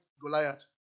Goliath